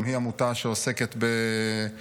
גם היא עמותה שעוסקת ביתומים.